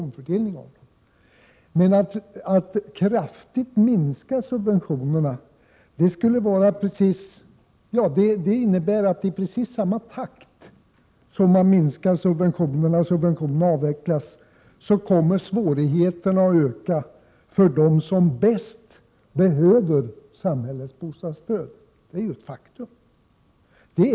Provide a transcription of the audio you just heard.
Men att kraftigt minska subventionerna skulle innebära att i precis samma takt som man minskar och avvecklar subventionerna kommer svårigheterna att öka för dem som bäst behöver samhällets bostadsstöd. Detta är ju ett faktum.